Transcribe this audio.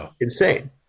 insane